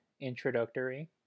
introductory